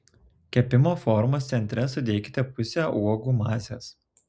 kepimo formos centre sudėkite pusę uogų masės